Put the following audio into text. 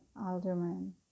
alderman